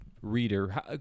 reader